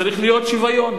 צריך להיות שוויון.